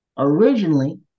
Originally